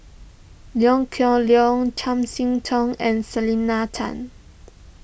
Liew Geok Leong Chiam See Tong and Selena Tan